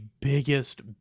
biggest